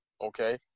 okay